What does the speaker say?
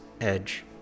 edge